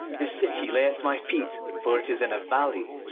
the city lay at my feet, for it is in a valley.